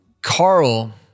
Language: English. Carl